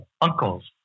uncles